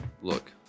look